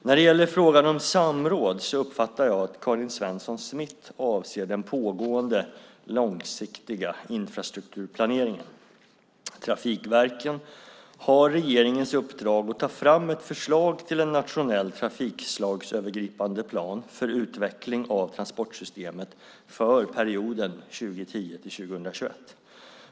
När det gäller frågan om samråd uppfattar jag att Karin Svensson Smith avser den pågående långsiktiga infrastrukturplaneringen. Trafikverken har regeringens uppdrag att ta fram ett förslag till en nationell trafikslagsövergripande plan för utveckling av transportsystemet för perioden 2010-2021.